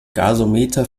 gasometer